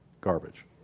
garbage